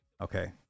okay